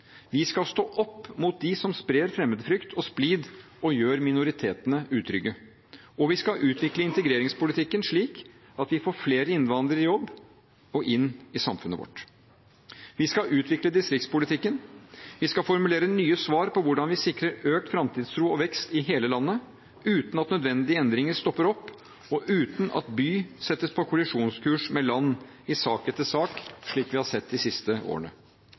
Vi skal stå opp mot dem som sprer fremmedfrykt og splid og gjør minoritetene utrygge. Vi skal utvikle integreringspolitikken slik at vi får flere innvandrere i jobb og inn i samfunnet vårt. Vi skal utvikle distriktspolitikken. Vi skal formulere nye svar på hvordan vi sikrer økt framtidstro og vekst i hele landet – uten at nødvendige endringer stopper opp, og uten at by settes på kollisjonskurs med land i sak etter sak, slik vi har sett de siste årene.